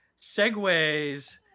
Segways